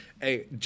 hey